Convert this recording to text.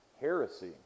heresy